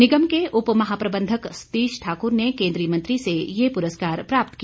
निगम के उपमहापंबंधक सतीश ठाकुर ने केंद्रीय मंत्री से ये पुरस्कार प्राप्त किया